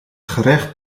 gerecht